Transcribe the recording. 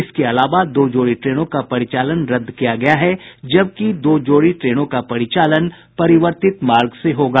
इसके अलावा दो जोड़ी ट्रेनों का परिचालन रदद किया गया है जबकि दो जोड़ी ट्रेनों का परिचालन परिवर्तित मार्ग से होगा